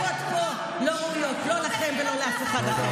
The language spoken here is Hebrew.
הצעקות פה לא ראויות, לא לכם ולא לאף אחד אחר.